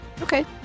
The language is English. Okay